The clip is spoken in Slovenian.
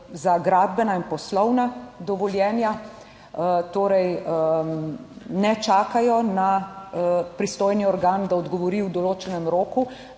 za gradbena in poslovna dovoljenja torej ne čakajo na pristojni organ, da odgovori v določenem roku,